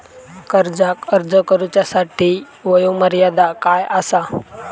कर्जाक अर्ज करुच्यासाठी वयोमर्यादा काय आसा?